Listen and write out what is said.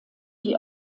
die